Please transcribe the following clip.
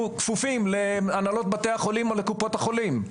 כפופים להנהלות בתי החולים או לקופות החולים.